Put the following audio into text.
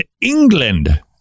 England